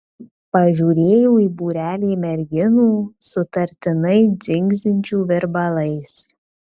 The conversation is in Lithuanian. pažiūrėjau į būrelį merginų sutartinai dzingsinčių virbalais